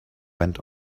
went